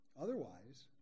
Otherwise